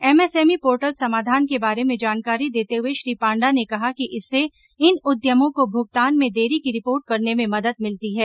MSME portal Samadhaan के बारे में जानकारी देते हुए श्री पांडा ने कहा कि इससे इन उद्यमों को भुगतान में देरी की रिपोर्ट करने में मदद मिलती है